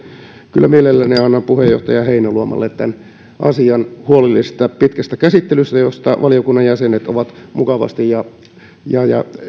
kyllä mielelläni annan puheenjohtaja heinäluomalle tämän asian huolellisesta pitkästä käsittelystä ja valiokunnan jäsenet ovat asiasta mukavasti ja ja